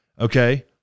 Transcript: okay